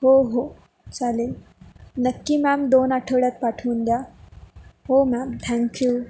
हो हो चालेल नक्की मॅम दोन आठवड्यात पाठवून द्या हो मॅम थँक्यू